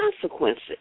consequences